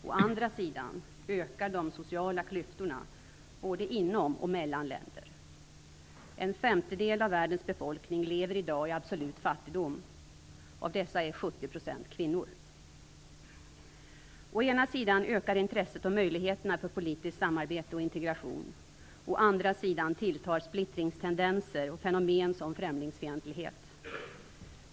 Å andra sidan ökar de sociala klyftorna både inom och mellan länder. En femtedel av världens befolkning lever i dag i absolut fattigdom. Av dessa är 70 % kvinnor. ?Å ena sidan ökar intresset och möjligheterna för politiskt samarbete och integration. Å andra sidan tilltar splittringstendenser och fenomen som främlingsfientlighet.